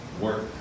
work